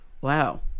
Wow